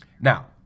Now